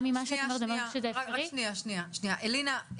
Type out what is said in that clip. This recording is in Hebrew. אלינה,